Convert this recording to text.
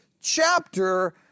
chapter